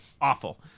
awful